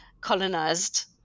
colonized